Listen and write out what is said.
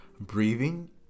Breathing